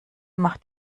macht